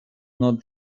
not